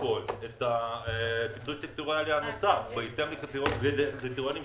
את הפיצוי הסקטוריאלי הנוסף בהתאם לקריטריונים שייקבעו.